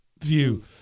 view